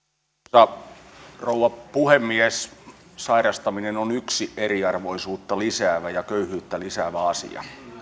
arvoisa rouva puhemies sairastaminen on yksi eriarvoisuutta ja köyhyyttä lisäävä asia